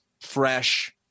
fresh